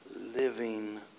living